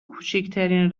کوچکترین